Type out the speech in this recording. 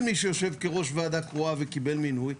מי שיושב כראש ועדה קרואה וקיבל מינוי,